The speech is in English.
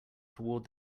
toward